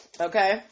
okay